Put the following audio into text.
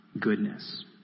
goodness